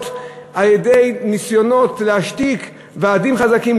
על-ידי ניסיונות להשתיק ועדים חזקים,